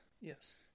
Yes